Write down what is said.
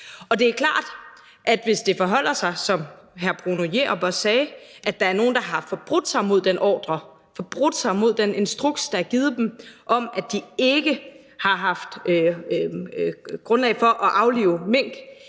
Det er klart, at hvis det forholder sig, som hr. Bruno Jerup også sagde, nemlig at der er nogen, der har forbrudt sig mod den ordre, forbrudt sig mod den instruks, der er givet dem, om, at de ikke har haft grundlag for at aflive mink,